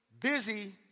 busy